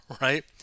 Right